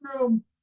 room